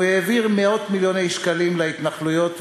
הוא העביר מאות-מיליוני שקלים להתנחלויות,